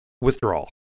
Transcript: withdrawal